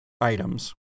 items